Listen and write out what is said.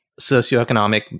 socioeconomic